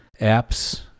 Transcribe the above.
apps